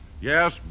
Yes